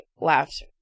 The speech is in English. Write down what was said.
laughed